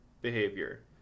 behavior